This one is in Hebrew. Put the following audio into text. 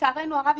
לצערנו הרב,